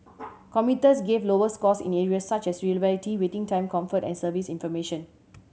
commuters gave lower scores in areas such as reliability waiting time comfort and service information